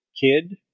kid